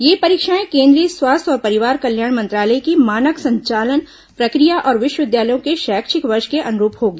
ये परीक्षाएं केंद्रीय स्वास्थ्य और परिवार कल्याण मंत्रालय की मानक संचालन प्रक्रिया और विश्वविद्यालयों के शैक्षिक वर्ष के अनुरूप होंगी